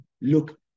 look